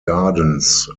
gardens